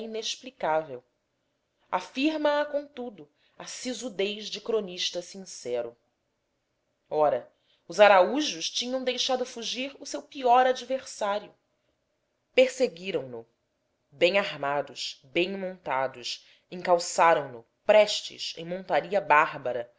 inexplicável afirma a contudo a sisudez de cronista sincero ra os araújos tinham deixado fugir o seu pior adversário perseguiram no bem armados bem montados encalçaram no prestes em monteria bárbara